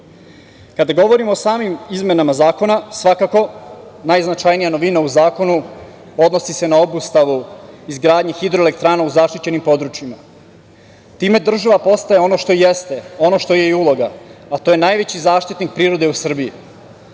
govorimo o samim izmenama zakona, svakako najznačajnija novina u zakonu odnosi se na obustavu izgradnji hidroelektrana u zaštićenim područjima. Time država postaje ono što jeste, ono što joj je i uloga, a to je najveći zaštitnik prirode u Srbiji.